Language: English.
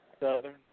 Southern